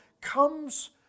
comes